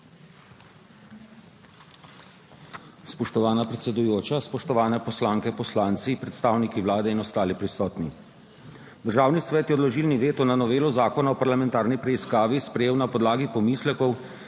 Spoštovana predsedujoča, spoštovani poslanke, poslanci, predstavniki Vlade in ostali prisotni! Državni svet je odložilni veto na novelo Zakona o parlamentarni preiskavi sprejel na podlagi pomislekov,